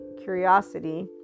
curiosity